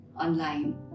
online